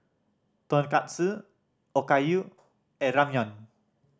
Tonkatsu Okayu and Ramyeon